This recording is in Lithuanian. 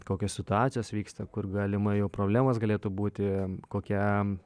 kokios situacijos vyksta kur galimai jau problemos galėtų būti kokia